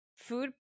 Food